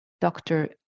doctor